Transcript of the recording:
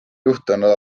juhtunud